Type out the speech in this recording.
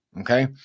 okay